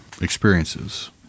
experiences